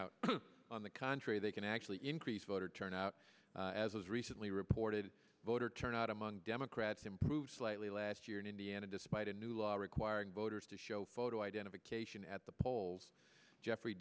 out on the contrary they can actually increase voter turnout as was recently reported voter turnout among democrats improved slightly last year in indiana despite a new law requiring voters to show photo identification at the polls jeffrey